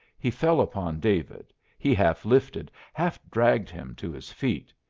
he fell upon david. he half-lifted, half-dragged him to his feet.